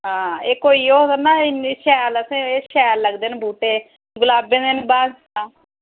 हां एह् कोई ओह् थोह्ड़े ना इन्नी शैल असें एह् शैल लगदे न बूह्टे गलाबें दे न बस